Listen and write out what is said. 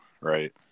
right